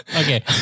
Okay